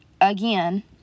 again